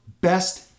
Best